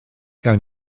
gawn